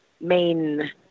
main